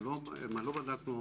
לא בדקנו.